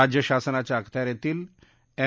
राज्य शासनाच्या अखत्यारीतल्या एम